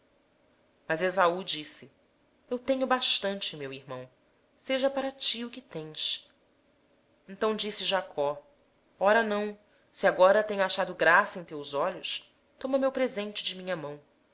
mas esaú disse tenho bastante meu irmão seja teu o que tens replicou lhe jacó não mas se agora tenho achado graça aos teus olhos aceita o presente da minha mão